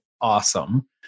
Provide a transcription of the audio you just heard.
awesome